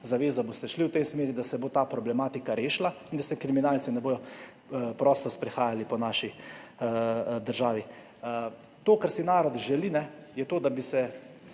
zavezo, boste šli v tej smeri, da se bo ta problematika rešila in da se kriminalci ne bodo prosto sprehajali po naši državi. To, kar si narod želi, je to, da bi